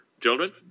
Children